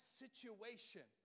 situation